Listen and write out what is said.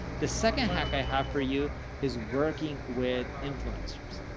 the second hack i have for you is working with influencers.